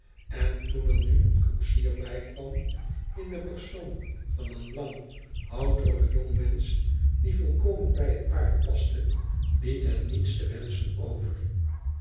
en toen er nu een koetsier bijkwam in den persoon van een lang houterig jqngmensch die volkomen bij het paard paste liet het niets te wenschen over